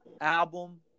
album